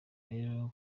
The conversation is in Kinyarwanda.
rero